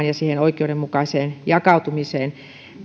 ja siihen oikeudenmukaiseen jakautumiseen pystyttäisiin vaikuttamaan